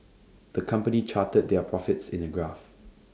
the company charted their profits in A graph